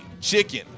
chicken